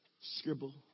scribble